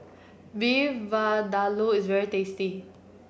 Beef Vindaloo is very tasty